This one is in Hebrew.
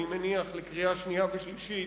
אני מניח שלקריאה שנייה ולקריאה שלישית,